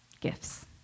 gifts